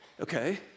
okay